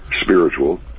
spiritual